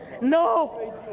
No